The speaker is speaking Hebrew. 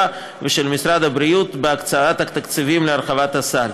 ושל משרד הבריאות בהקצאת התקציבים להרחבת הסל.